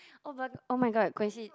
oh but [oh]-my-god coinci~